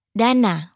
dana